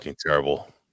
terrible